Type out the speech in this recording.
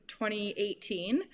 2018